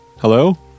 Hello